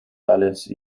tales